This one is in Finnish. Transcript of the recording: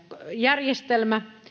järjestelmä